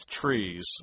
trees